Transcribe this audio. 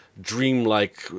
dreamlike